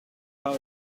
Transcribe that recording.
how